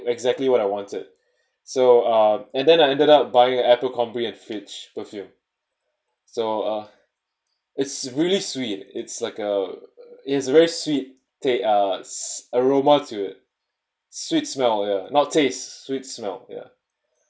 exactly what I wanted so uh and then I ended up buying Abercrombie and Fitch perfume so uh it's really sweet it's like a it has a very sweet take uh aroma to it sweet smell ya not taste sweet smell ya